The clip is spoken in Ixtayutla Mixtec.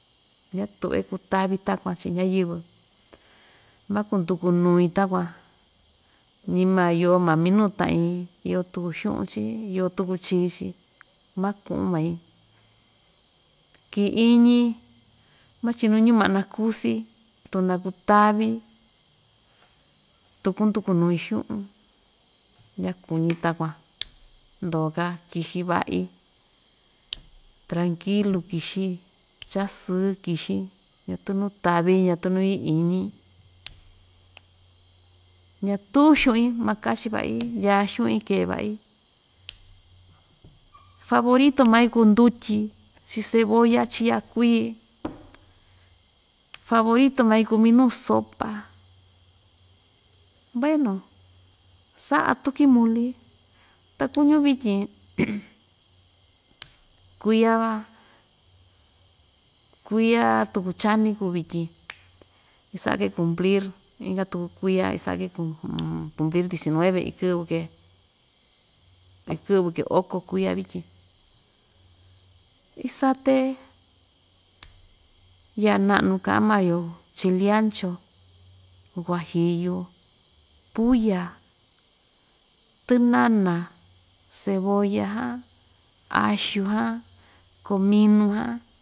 Ñatu've kutaví takuan chi ñayɨvɨ makunduku nui takuan ñima iyo maa minu ta'in iyo tuku xu'un‑chi iyo tuku chi‑chi maku'un mai ki‑iñi machinu ñuma'na kusí tu nakutaví tu kunduku nui xu'un ñakuñi takuan ndoo‑ka kixi va'i trankilu kixi cha‑sɨɨ kixi ñatu nu taví ñatu nu yɨ'ɨ‑iñi ñatu xu'in maka‑chi va'i ndya xu'in kee va'i favorito mai kuu ndutyi chi'i cebolla chi'i ya'a kui favorito mai kuu minu sopa veno sa'a tuki muli ta kuñu vityin kuiya va kuiya tuku chaní kuu vityin isa'a‑ke cumplir inka tuku kuiya isa'a‑ke kumplir diecinueve in kɨvɨ‑ke ikɨ'vɨ‑ke oko kuiya vityin isaté ya'a na'nu ka'an maa‑yo chili ancho, guajiyu, pulla, tɨnana, cebolla jan, axu jan kominu jan.